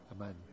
Amen